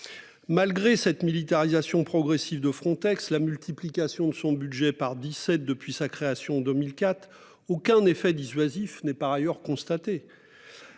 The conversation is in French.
Malgré cette militarisation progressive de Frontex, la multiplication de son budget par 17 depuis sa création 2004 aucun effet dissuasif n'est par ailleurs constaté.